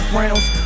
rounds